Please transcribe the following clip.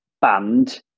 band